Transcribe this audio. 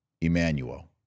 Emmanuel